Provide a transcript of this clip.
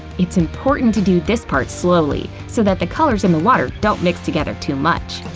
it's important to do this part slowly so that the colors in the water don't mix together too much.